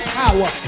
power